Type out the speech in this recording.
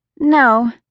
No